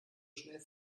schnell